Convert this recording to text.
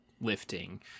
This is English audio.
lifting